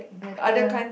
better